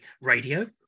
radio